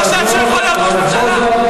חושב שהוא יכול להיות ראש ממשלה.